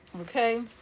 Okay